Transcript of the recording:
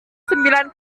sembilan